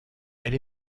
elle